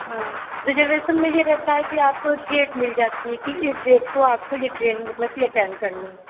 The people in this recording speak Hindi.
हाँ रिजर्वेशन में यह रहता है कि आपको डेट मिल जाती है कि इस डेट को आपको यह ट्रेन मतलब कि अटेन्ड करनी है